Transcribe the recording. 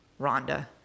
Rhonda